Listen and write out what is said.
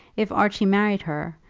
if archie married her,